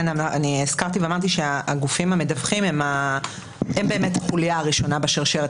הזכרתי ואמרתי שהגופים המדווחים הם באמת החוליה הראשונה בשרשרת,